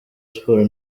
sports